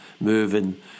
moving